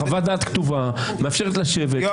חוות דעת כתובה מאפשרת לשבת,